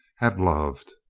had loved?